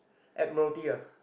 Admiralty ah